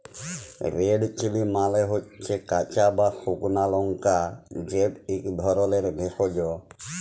red chilli মালে হচ্যে কাঁচা বা সুকনা লংকা যেট ইক ধরলের ভেষজ